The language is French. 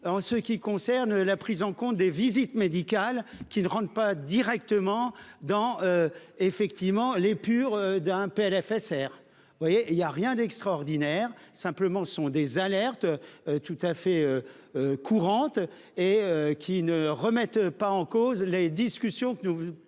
en ce qui concerne la prise en compte des visites médicales qui ne rendent pas directement dans. Effectivement, l'épure d'un PLFSSR. Oui il y a rien d'extraordinaire. Simplement, ce sont des alertes. Tout à fait. Courante et qui ne remettent pas en cause les discussions que nous